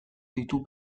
ditu